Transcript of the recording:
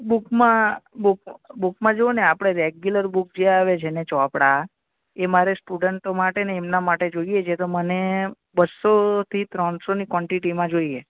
બૂકમાં book બૂકમાં જુઓને આપણે રેગ્યુલર બૂક જે આવે છે ને ચોપડા એ મારે સ્ટુડન્ટો માટે ને એમના માટે જોઈએ છે તો મને બસ્સોથી ત્રણસોની કવોન્ટીટીમાં જોઈએ